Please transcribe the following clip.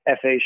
FA